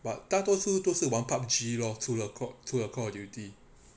but 大多数都是玩 pub G lor 除了除了 call of duty